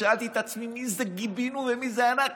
שאלתי את עצמי מי זה "גיבינו" ומי זה "אנחנו"?